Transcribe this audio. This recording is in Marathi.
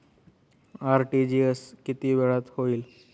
आर.टी.जी.एस किती वेळात होईल?